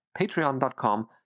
patreon.com